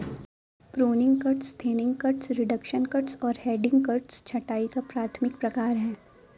pruning cuts, thinning cuts, reduction cuts और heading cuts छंटाई का प्राथमिक प्रकार हैं